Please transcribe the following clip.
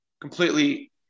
completely